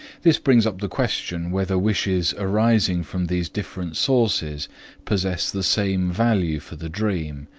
this brings up the question whether wishes arising from these different sources possess the same value for the dream,